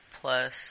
plus